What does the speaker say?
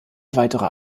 weitere